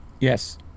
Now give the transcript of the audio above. Yes